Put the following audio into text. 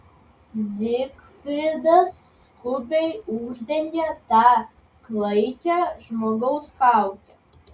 zigfridas skubiai uždengė tą klaikią žmogaus kaukę